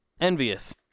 envious